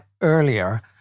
earlier